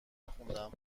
نخوندم